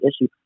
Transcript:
issue